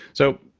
so,